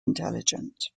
intelligent